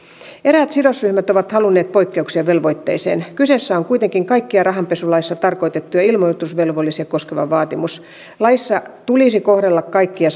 eräät sidosryhmät ovat halunneet poikkeuksia velvoitteeseen kyseessä on kuitenkin kaikkia rahanpesulaissa tarkoitettuja ilmoitusvelvollisia koskeva vaatimus laissa tulisi kohdella kaikkia